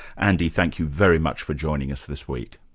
andy, thank you very much for joining us this week.